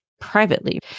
privately